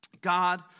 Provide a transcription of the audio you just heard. God